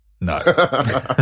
no